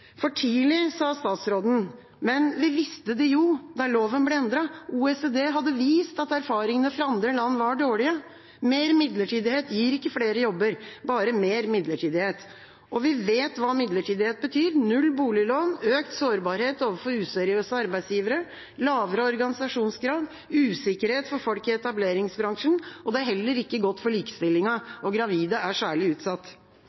«For tidlig», sa statsråden, men vi visste det jo da loven ble endret. OECD hadde vist at erfaringene fra andre land var dårlige. Mer midlertidighet gir ikke flere jobber, bare mer midlertidighet. Og vi vet hva midlertidighet betyr – null boliglån, økt sårbarhet overfor useriøse arbeidsgivere, lavere organisasjonsgrad, usikkerhet for folk i etableringsfasen. Det er heller ikke godt for likestillingen, og gravide er særlig utsatt.